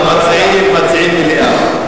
והמציעים מציעים מליאה.